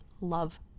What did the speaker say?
love